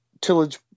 tillage